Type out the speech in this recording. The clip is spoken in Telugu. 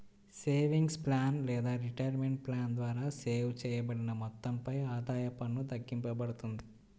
సేవింగ్స్ ప్లాన్ లేదా రిటైర్మెంట్ ప్లాన్ ద్వారా సేవ్ చేయబడిన మొత్తంపై ఆదాయ పన్ను తగ్గింపబడుతుంది